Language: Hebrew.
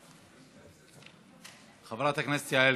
חוק ההסדרה,